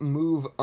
move